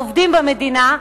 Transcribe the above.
עובדים במדינה,